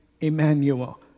Emmanuel